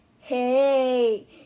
hey